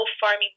farming